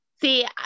See